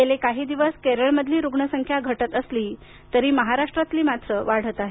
गेले काही दिवस केरळ मधली रुग्ण संख्या घटत असली तरी महाराष्ट्रातील मात्र वाढत आहे